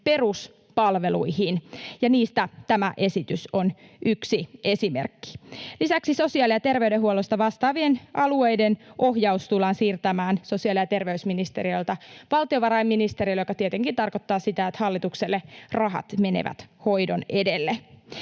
peruspalveluihin, ja niistä tämä esitys on yksi esimerkki. Lisäksi sosiaali- ja terveydenhuollosta vastaavien alueiden ohjaus tullaan siirtämään sosiaali- ja terveysministeriöltä valtiovarainministeriölle, mikä tietenkin tarkoittaa sitä, että hallituksella rahat menevät hoidon edelle.